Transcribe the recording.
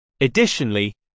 Additionally